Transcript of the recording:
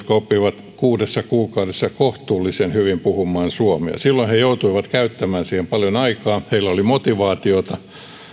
oppivat kuudessa kuukaudessa kohtuullisen hyvin puhumaan suomea silloin he joutuivat käyttämään siihen paljon aikaa heillä oli motivaatiota